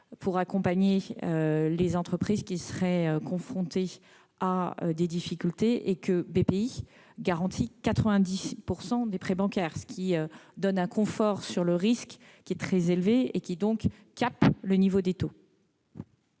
pour accompagner les entreprises qui seraient confrontées à des difficultés, et Bpifrance garantit 90 % des prêts bancaires, ce qui donne un confort sur le risque très élevé limite l'évolution des taux.